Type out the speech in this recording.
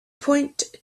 point